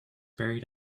buried